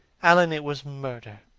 alan, it was murder.